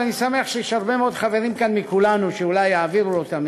ואני שמח שיש כאן הרבה מאוד חברים מכולנו שאולי יעבירו לו את המסר.